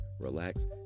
relax